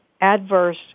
adverse